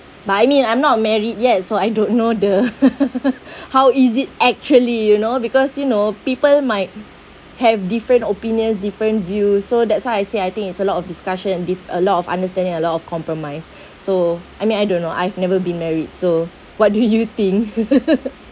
but I mean I'm not married yet so I don't know the how is it actually you know because you know people might have different opinions different view so that's why I say I think it's a lot of discussion and with a lot of understanding a lot of compromise so I mean I don't know I've never been married so what do you think